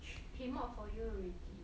he mop for you already